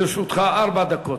לרשותך ארבע דקות.